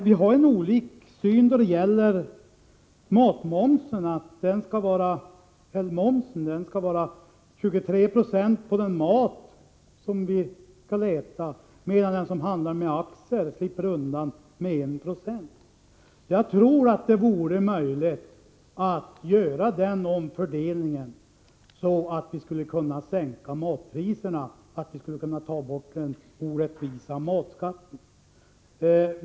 Vidare har vi olika syn då det gäller detta att momsen är 23 96 på den mat vi skall äta, medan aktiehandeln slipper undan med 1 9. Det borde vara möjligt att göra en omfördelning här, så att vi kunde sänka matpriserna genom att ta bort den orättvisa matskatten.